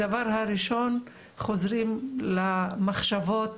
הדבר הראשון חוזרים למחשבות,